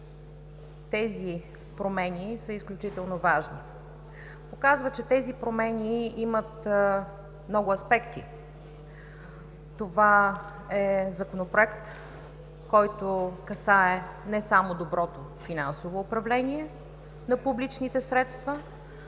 тези промени са изключително важни. Показва, че тези промени имат много аспекти. Това е Законопроект, който касае не само доброто финансово управление на публичните средства.